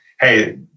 Hey